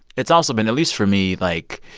it's also been, at least for me, like,